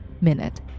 MINUTE